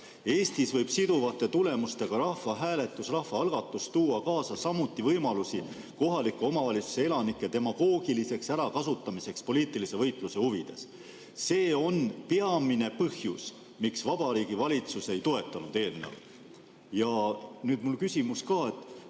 Eestis võib siduvate tulemustega rahvahääletus/rahvaalgatus tuua kaasa samuti võimalusi kohaliku omavalitsuse elanike demagoogiliseks ärakasutamiseks poliitilise võitluse huvides. See on peamine põhjus, miks Vabariigi Valitsus ei toetanud eelnõu (400 SE)." Mul on küsimus ka: